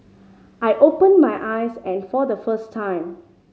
I open my eyes and for the first time